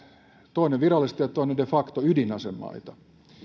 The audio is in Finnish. toinen virallisesti ja toinen de facto ydinasemaita